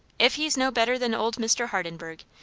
if he's no better than old mr. hardenburgh,